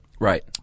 Right